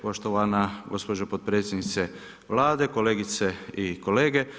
Poštovana gospođo potpredsjednice Vlade, kolegice i kolege.